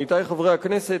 עמיתי חברי הכנסת,